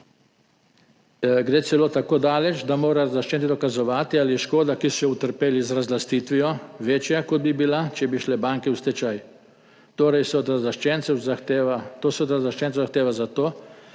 Gre celo tako daleč, da morajo razlaščenci dokazovati, ali je škoda, ki so jo utrpeli z razlastitvijo, večja, kot bi bila, če bi šle banke v stečaj. To seveda od razlaščencev zahteva zato,